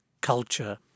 culture